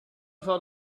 felt